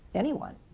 anyone